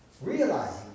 Realizing